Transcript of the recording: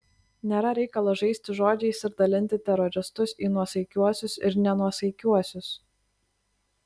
nėra reikalo žaisti žodžiais ir dalinti teroristus į nuosaikiuosius ir nenuosaikiuosius